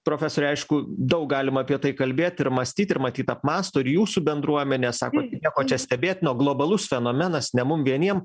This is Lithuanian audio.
profesore aišku daug galima apie tai kalbėt ir mąstyt ir matyt apmąsto ir jūsų bendruomenė sako nieko čia stebėtino globalus fenomenas ne mum vieniem